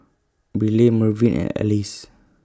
Briley Mervin and Alyce